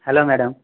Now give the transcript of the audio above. hello madam